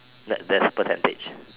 let there's percentage